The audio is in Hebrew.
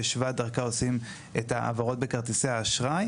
ושבא דרכה עושים את ההעברות בכרטיסי אשראי.